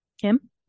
Kim